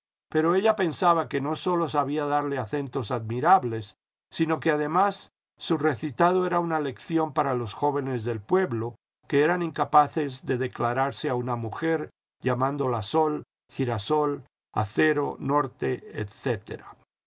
pero ella pensaba que no sólo sabía darle acentos admirables sino que además su recitado era una lección para los jóvenes del pueblo que eran incapaces de declararse a una mujer llamándola sol girasol acero norte